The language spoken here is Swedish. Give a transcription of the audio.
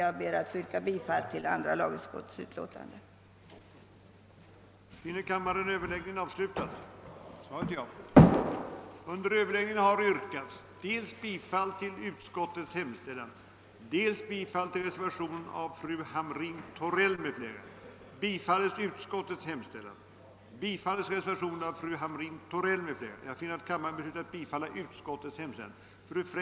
Jag ber att få yrka bifall till andra lagutskottets hemställan i dess utlåtande nr 25.